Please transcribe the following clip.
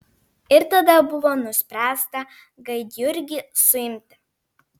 ir tada buvo nuspręsta gaidjurgį suimti